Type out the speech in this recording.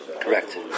Correct